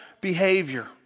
behavior